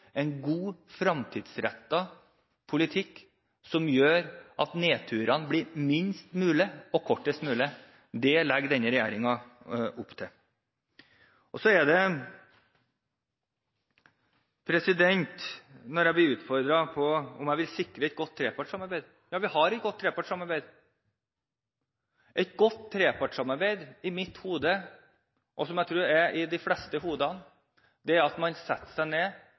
en god fremtidsrettet politikk som gjør at nedturene blir minst mulig og kortest mulig. Det legger denne regjeringen opp til. Så blir jeg utfordret på om jeg vil sikre et godt trepartssamarbeid. Vi har et godt trepartssamarbeid. Et godt trepartssamarbeid er i mitt hode – og det tror jeg gjelder de fleste hoder – at man setter seg ned